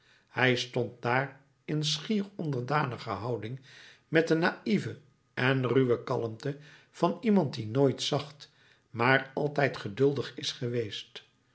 hij stond daar in schier onderdanige houding met de naïeve en ruwe kalmte van iemand die nooit zacht maar altijd geduldig is geweest